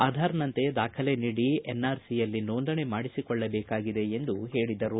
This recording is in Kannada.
ಆಧಾರ್ನಂತೆ ದಾಖಲೆ ನೀಡಿ ಎನ್ಆರ್ಸಿಯಲ್ಲಿ ನೋಂದಣಿ ಮಾಡಿಸಿಕೊಳ್ಟಬೇಕಾಗಿದೆ ಎಂದು ಹೇಳಿದರು